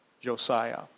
Josiah